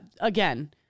Again